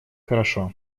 хорошо